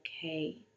okay